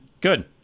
good